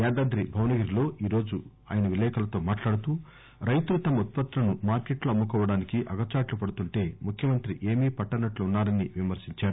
యాదాద్రి భువనగిరిలో ఈరోజు ఆయన విలేఖరులతో మాట్లాడుతూ రైతులు తమ ఉత్పత్తులను మార్కెట్లో అమ్ము కోవడానికి అగచాట్లు పడుతుంటే ముఖ్యమంత్రి ఏమీ పట్టనట్లు ఉన్నారని విమర్శించారు